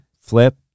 flip